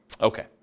Okay